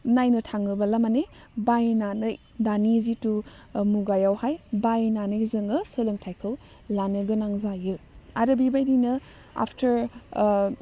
नायनो थाङोबोला मानि बायनानै दानि जिथु मुगायावहाय बायनानै जोङो सोलोंथाइखौ लानो गोनां जायो आरो बेबायदिनो आफटार